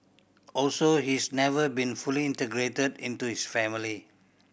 also he's never been fully integrated into his family